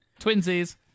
Twinsies